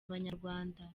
abanyarwanda